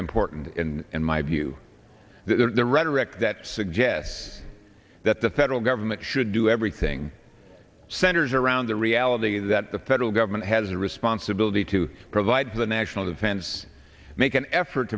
important in my view their rhetoric that suggests that the federal government should do everything centers around the reality that the federal government has a responsibility to provide for the national defense make an effort